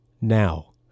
Now